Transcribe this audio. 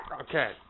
Okay